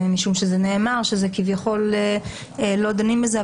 משום שזה נאמר שכביכול לא דנים בזה.